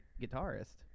guitarist